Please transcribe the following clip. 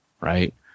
Right